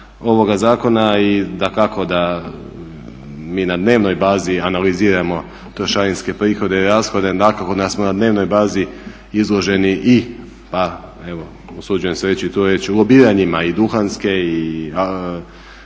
ovoga zakona i dakako da mi na dnevnoj bazi analiziramo trošarinske prihode i rashode, … da smo na dnevnoj bazi izloženi i pa usuđujem se reći tu riječ lobiranjima i duhanske